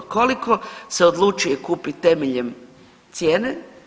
Koliko se odlučuje kupiti temeljem cijene?